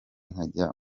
nkajya